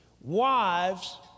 wives